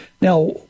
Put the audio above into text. Now